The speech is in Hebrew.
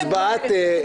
פה הצבעה דמוקרטית.